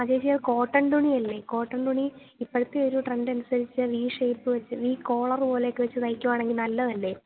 ആ ചേച്ചി അത് കോട്ടൺ തുണിയല്ലേ കോട്ടൺ തുണി ഇപ്പോഴത്തെ ഒരു ട്രെൻഡ് അനുസരിച്ച് വി ഷെയ്പ്പ് വെച്ച് വി കോളര് പോലെയൊക്കെ വെച്ച് തയ്ക്കുതയാണെങ്കില് നല്ലതല്ലേ